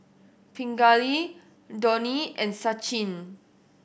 Pingali Dhoni and Sachin